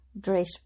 dress